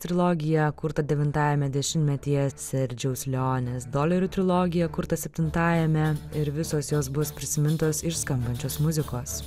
trilogiją kurtą devintajame dešimtmetyje serdžeus lionės dolerių trilogiją kurtą septintajame ir visos jos bus prisimintos iš skambančios muzikos